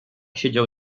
siedział